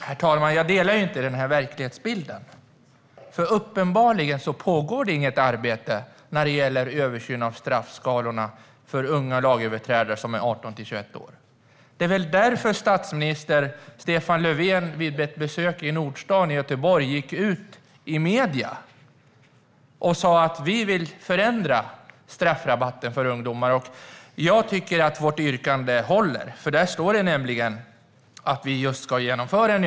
Herr talman! Jag delar inte den verklighetsbilden. Uppenbarligen pågår inget arbete när det gäller översyn av straffskalorna för unga lagöverträdare som är 18-21 år. Det är väl därför statsminister Stefan Löfven vid ett besök i Nordstan i Göteborg sa i medierna att regeringen vill förändra straffrabatten för ungdomar. Jag tycker att vårt yrkande håller. Där står det att en översyn ska genomföras.